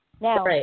Now